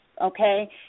Okay